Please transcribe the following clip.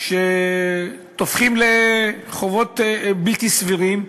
שתופחים לחובות בלתי סבירים.